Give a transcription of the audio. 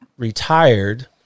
retired